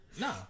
Nah